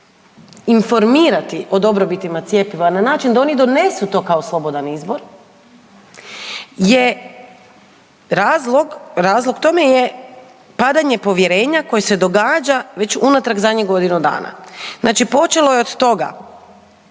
informirati o dobrobitima cjepiva na način da oni donesu to kao slobodan izbor je razlog, razlog tome je padanje povjerenja koje se događa već unatrag zadnjih godinu dana. Znači počelo je od toga